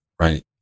Right